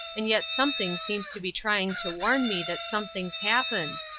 and yet something seems to be trying to warn me that something's happened.